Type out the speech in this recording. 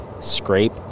scrape